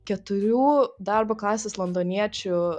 keturių darbo klasės londoniečių